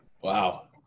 Wow